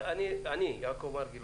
אני יעקב מרגי,